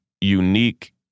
unique